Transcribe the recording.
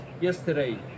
yesterday